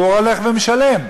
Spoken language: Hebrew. הוא הולך ומשלם.